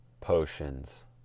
potions